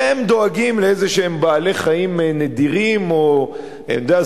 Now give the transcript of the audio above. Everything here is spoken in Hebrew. והם דואגים לאיזה בעלי-חיים נדירים, או, אני יודע?